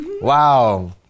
Wow